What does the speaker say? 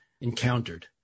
encountered